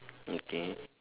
okay